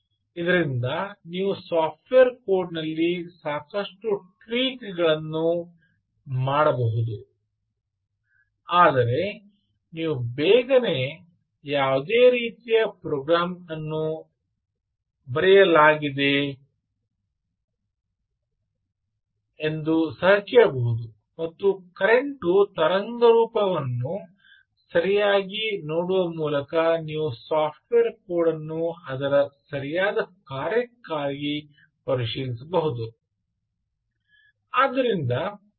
ಇದರಿಂದ ನೀವು software code ನಲ್ಲಿ ಸಾಕಷ್ಟು ಟ್ವೀಕ್ ಗಳನ್ನು ಮಾಡಬಹುದು ಆದರೆ ನೀವು ಬೇಗನೆ ಯಾವ ರೀತಿಯ ಪ್ರೋಗ್ರಾಂ ಅನ್ನು ಬರೆಯಲಾಗಿದೆ ಸಹ ಹೇಳಬಹುದು ಮತ್ತು ಕರೆಂಟು ತರಂಗರೂಪವನ್ನು ಸರಿಯಾಗಿ ನೋಡುವ ಮೂಲಕ ನಿಮ್ಮ ಸಾಫ್ಟ್ವೇರ್ ಕೋಡ್ ಅನ್ನು ಅದರ ಸರಿಯಾದ ಕಾರ್ಯಕ್ಕಾಗಿ ಪರಿಶೀಲಿಸಬಹುದು